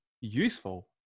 useful